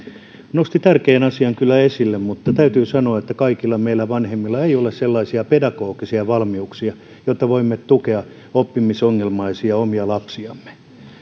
nosti kyllä tärkeän asian esille mutta täytyy sanoa että kaikilla meillä vanhemmilla ei ole sellaisia pedagogisia valmiuksia jotta voimme tukea omia oppimisongelmaisia lapsiamme